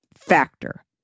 Factor